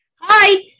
Hi